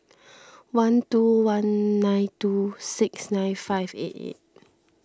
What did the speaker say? one two one nine two six nine five eight eight